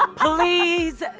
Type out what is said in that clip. ah please,